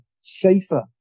safer